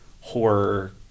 horror